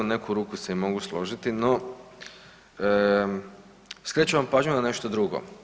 U neku ruku se i mogu složiti, no skrećem vam pažnju na nešto drugo.